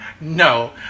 No